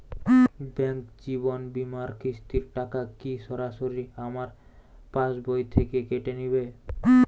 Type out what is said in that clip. Bank জীবন বিমার কিস্তির টাকা কি সরাসরি আমার পাশ বই থেকে কেটে নিবে?